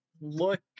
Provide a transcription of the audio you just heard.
look